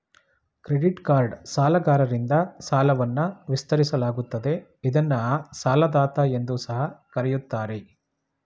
credit card ಸಾಲಗಾರರಿಂದ ಸಾಲವನ್ನ ವಿಸ್ತರಿಸಲಾಗುತ್ತದೆ ಇದ್ನ ಸಾಲದಾತ ಎಂದು ಸಹ ಕರೆಯುತ್ತಾರೆ